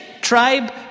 tribe